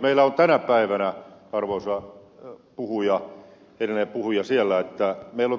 meillä on tänä päivänä arvoisa edellinen puhuja siellä